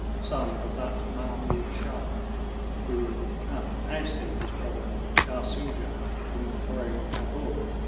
son of that mahmoud shah who, after ousting his brother shah soojah from the throne of cabul,